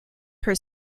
her